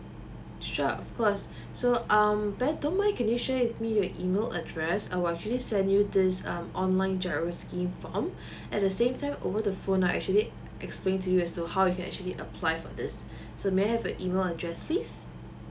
sure of course so um ben don't mind can you share with me your email address I will actually send you this um online giro scheme form at the same time over the phone I will actually explain to you as so how you can actually apply for this so may I have your email address please